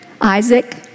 Isaac